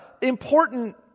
important